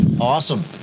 Awesome